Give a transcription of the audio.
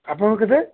ଆପଣ କେତେ